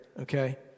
Okay